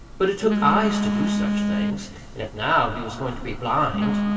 but it took eyes to do such things, and if now he was going to be blind